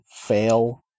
fail